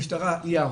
המשטרה היא האוכפת,